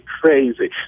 crazy